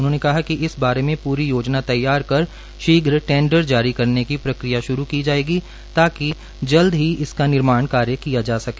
उन्होंने कहा कि इस बारे में प्री योजना तैयार कर शीघ्र टैंडर जारी करने की प्रक्रिया शुरू की जाएगी ताकि जल्दी ही इसका निर्माण कार्य किया जा सके